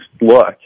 look